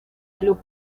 club